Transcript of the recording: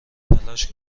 تلاش